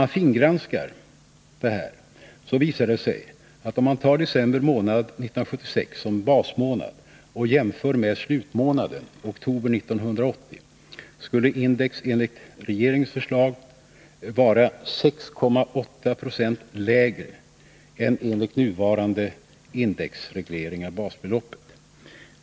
En fingranskning av förslaget ger nämligen vid handen att om man tar december månad 1976 som basmånad och jämför den med slutmånaden oktober 1980, 117 så skulle index enligt regeringens förslag vara 6,8 90 lägre än enligt nuvarande indexreglering av basbeloppet.